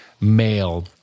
male